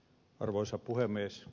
arvoisa puhemies